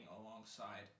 alongside